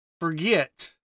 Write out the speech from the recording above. forget